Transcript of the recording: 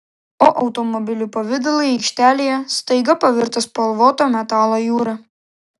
o automobilių pavidalai aikštelėje staiga pavirto spalvoto metalo jūra